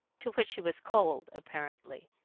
to which he was cold, apparently.